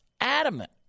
adamant